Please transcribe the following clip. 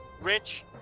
Rich